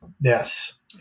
Yes